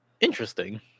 Interesting